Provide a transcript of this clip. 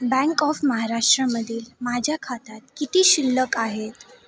bank of महाराष्ट्रमधील माझ्या खात्यात किती शिल्लक आहेत